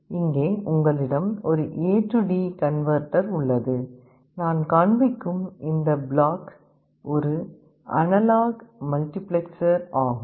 இங்கே உங்களிடம் ஒரு ஏடி கன்வெர்ட்டர் AD Converter உள்ளது நான் காண்பிக்கும் இந்த பிளாக் ஒரு அனலாக் மல்டிபிளெக்சர் ஆகும்